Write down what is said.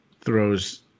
throws